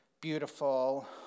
beautiful